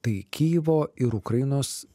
tai kyjivo ir ukrainos